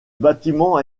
bâtiment